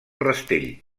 rastell